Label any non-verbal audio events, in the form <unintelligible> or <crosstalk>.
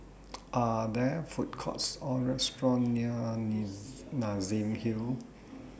Are There Food Courts Or restaurants near <unintelligible> Nassim Hill